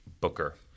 Booker